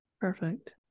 perfect